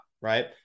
Right